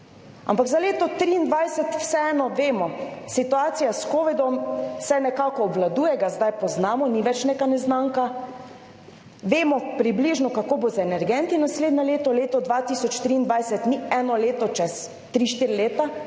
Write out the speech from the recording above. ampak za leto 2023 vseeno vemo, situacija s covidom se nekako obvladuje, ga zdaj poznamo, ni več neka neznanka, vemo približno, kako bo z energenti naslednje leto, leto 2023, ni eno leto, čez 3, 4 leta,